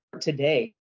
today